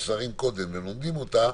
מתוך מטרה לסיים אותו בהקדם,